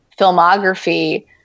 filmography